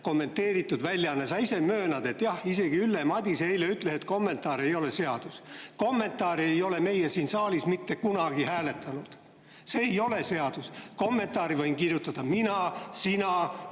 Kommenteeritud väljaanne – sa ise möönad, et jah, isegi Ülle Madise eile ütles seda, et kommentaar ei ole seadus. Kommentaare ei ole meie siin saalis mitte kunagi hääletanud. See ei ole seadus. Kommentaari võin kirjutada mina, sina,